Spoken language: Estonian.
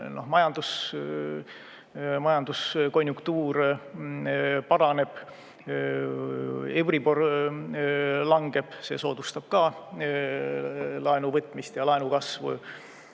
majanduskonjunktuur paraneb, euribor langeb. See soodustab ka laenuvõtmist ja laenu kasvu